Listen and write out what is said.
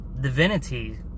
divinity